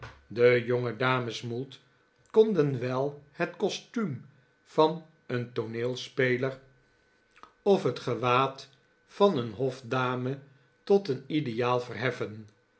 de jongedames mould konden wel het costuum van een tooneelspeler of het gewaad van een hof dame tot een ideaal verheffen